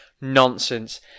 nonsense